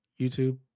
youtube